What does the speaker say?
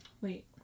Wait